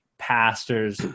pastors